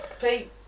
Pete